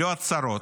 לא הצהרות.